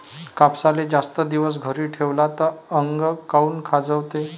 कापसाले जास्त दिवस घरी ठेवला त आंग काऊन खाजवते?